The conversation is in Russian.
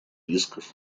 рисков